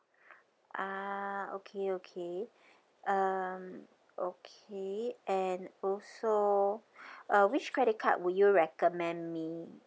ah okay okay um okay and also uh which credit card would you recommend me